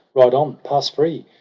ride on! pass free!